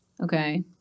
Okay